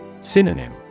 Synonym